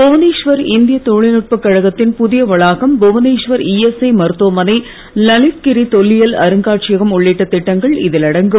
புவனேஷ்வர் இந்திய தொழில்நுட்ப கழகத்தின் புதிய வளாகம் புவனேஷ்வர் இஎஸ்ஐ மருத்துவமனை லலித்கிரி தொல்லியல் அருங்காட்சியகம் உள்ளிட்ட திட்டங்கள் இதில் அடங்கும்